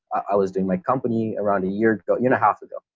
i was doing my company around a year and a half ago,